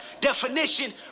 Definition